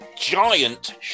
giant